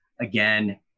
again